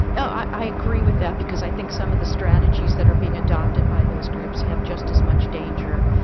yeah i agree with that because i think that some of the strategies that are being adopted by those groups have just as much danger.